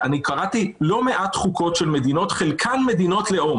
קראתי לא מעט חוקות של מדינות, חלקן מדינות לאום